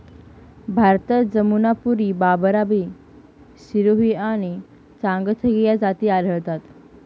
भारतात जमुनापारी, बारबारी, सिरोही आणि चांगथगी या जाती आढळतात